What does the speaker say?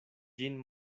ĝin